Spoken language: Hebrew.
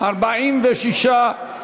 סעיפים 1 26 נתקבלו.